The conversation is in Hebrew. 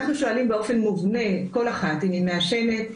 אחנו שואלים באופן מובנה כל אחת האם היא מעשנת,